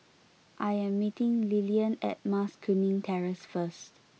I am meeting Lillian at Mas Kuning Terrace first